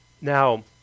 Now